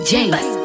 James